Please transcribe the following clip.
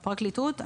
פרקליטות.